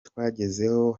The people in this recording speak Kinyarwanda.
twagezeho